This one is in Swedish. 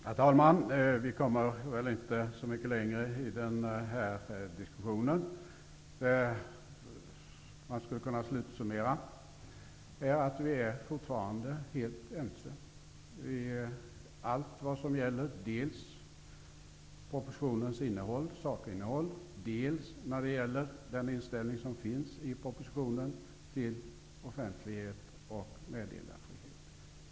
Herr talman! Vi kommer väl inte så mycket längre i den här diskussionen. Man skulle kunna slutsummera att vi fortfarande är helt ense i allt som gäller propositionens sakinnehåll och även när det gäller den inställning som finns i propositionen till offentlighet och meddelarfrihet.